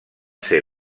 ser